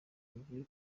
ugiye